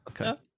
Okay